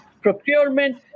procurement